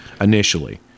initially